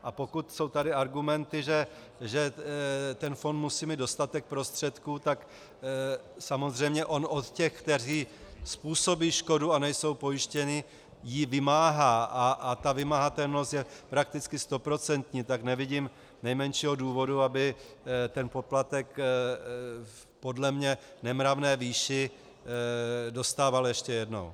A pokud jsou tady argumenty, že fond musí mít dostatek prostředků, tak samozřejmě on od těch, kteří způsobí škodu a nejsou pojištěni, ji vymáhá a ta vymahatelnost je prakticky stoprocentní, tak nevidím nejmenšího důvodu, aby poplatek v podle mě nemravné výši dostával ještě jednou.